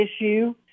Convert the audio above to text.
issue